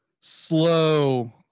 slow